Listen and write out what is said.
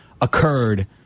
occurred